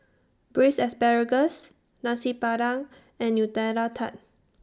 Braised Asparagus Nasi Padang and Nutella Tart